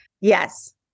Yes